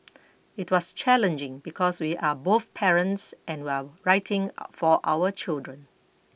it was challenging because we are both parents and we're writing for our own children